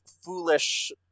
foolish